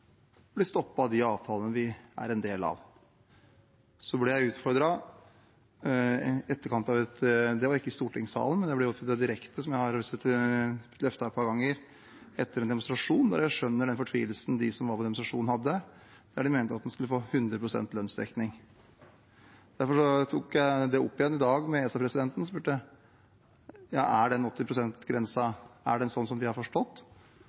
blir stoppet av de avtalene vi er en del av. Jeg ble utfordret – ikke i stortingsalen, men direkte, som jeg har et par ganger, etter en demonstrasjon – og jeg skjønner den fortvilelsen de som var på demonstrasjonen, hadde. De mente at en skulle få 100 pst. lønnsdekning. Derfor tok jeg det opp igjen i dag med ESA-presidenten og spurte: Er den 80-prosentgrensen sånn som vi har forstått